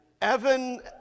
Evan